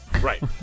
Right